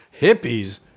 Hippies